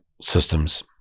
systems